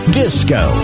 disco